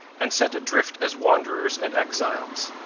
and sent adrift as wanderers and exiles.